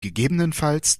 gegebenenfalls